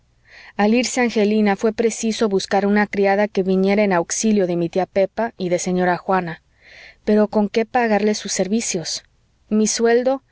al irse angelina fué preciso buscar una criada que viniera en auxilio de mi tía pepa y de señora juana pero con qué pagarle sus servicios mi sueldo